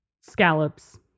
scallops